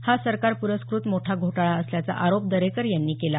हा सरकार पुरस्कृत मोठा घोटाळा असल्याचा आरोप दरेकर यांनी केला